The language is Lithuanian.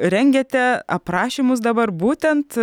rengiate aprašymus dabar būtent